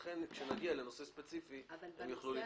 לכן כשנגיע לנושא ספציפי הם יוכלו להתייחס.